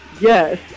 yes